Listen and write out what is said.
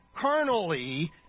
carnally